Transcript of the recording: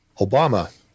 Obama